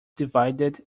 divided